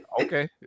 Okay